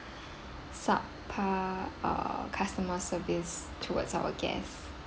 subpar uh customer service towards our guests